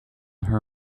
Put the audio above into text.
her